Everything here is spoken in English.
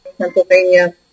Pennsylvania